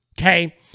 okay